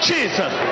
Jesus